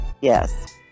yes